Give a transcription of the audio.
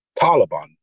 Taliban